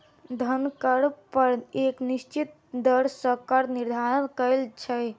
धन कर पर एक निश्चित दर सॅ कर निर्धारण कयल छै